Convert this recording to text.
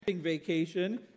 vacation